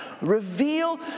Reveal